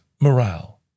morale